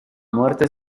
muerte